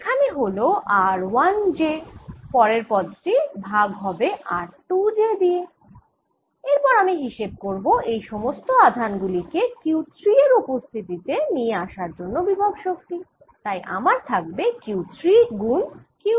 এখানে হল r1j পরের পদটি ভাগ হবে r2j দিয়ে এর পর আমি হিসেব করব এই সমস্ত আধান গুলি কে Q3 এর উপস্থিতি তে নিয়ে আসার জন্য বিভব শক্তি তাই আমার থাকবে Q3 গুণ Qj